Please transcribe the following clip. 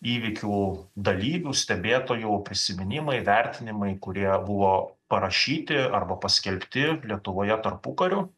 įvykių dalyvių stebėtojų prisiminimai vertinimai kurie buvo parašyti arba paskelbti lietuvoje tarpukariu